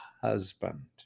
husband